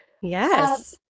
Yes